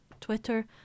Twitter